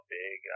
big